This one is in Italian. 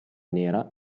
nera